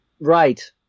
Right